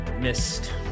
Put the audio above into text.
missed